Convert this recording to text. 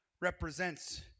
represents